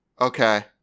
Okay